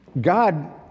God